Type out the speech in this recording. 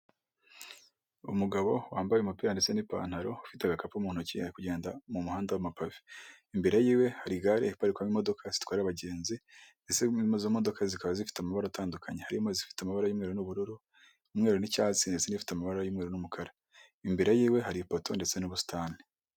Umugabo wambaye umupira ndetse n'ipantaro ufite agakapu mu ntoki kugenda mu muhanda wa mapave, Imbere yiwe hari gare iparikwamo imodoka zitwara abagenzi ndetse umurizo modoka zikaba zifite amabara atandukanye harimo zifite amara y'umweru n'ubururu, umweru n'icyatsi hari izifite amabara y'umweru n'umukara, imbere yiwe hari ipoto ndetse n'ubusitani.